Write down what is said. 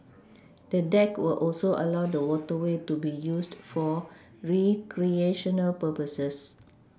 the deck will also allow the waterway to be used for recreational purposes